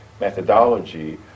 methodology